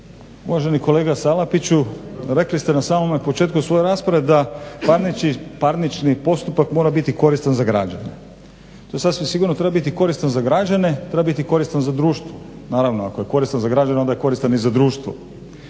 Uvaženi kolega Salapiću, rekli ste na samome početku svoje rasprave da parnični postupak mora biti koristan za građane. To sasvim sigurno treba biti korisno za građane, treba biti korisno za društvo. Naravno ako je koristan za građane onda je koristan i za društvo